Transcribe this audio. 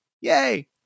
Yay